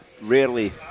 rarely